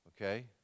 Okay